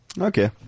Okay